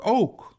ook